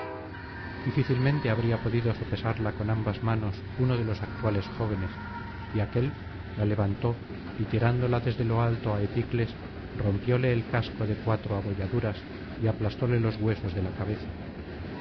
difícilmente habría podido sospesarla con ambas manos uno de los actuales jóvenes y aquél la levantó y tirándola desde lo alto á epicles rompióle el casco de cuatro abolladuras y aplastóle los huesos de la cabeza